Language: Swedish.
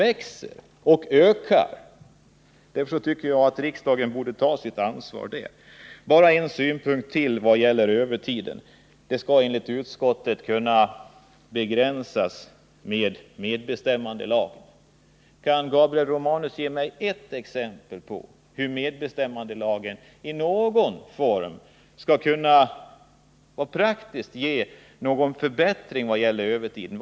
Därför borde riksdagen här ta sitt ansvar. Jag vill bara framföra ytterligare en synpunkt när det gäller övertid. Enligt utskottet skall övertidsuttaget kunna begränsas med hjälp av medbestämmandelagen. Kan Gabriel Romanus ge mig ett enda exempel på hur medbestämmandelagen i någon form praktiskt skall kunna medföra en begränsning beträffande övertidsuttaget.